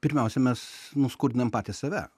pirmiausia mes nuskurdinam patys save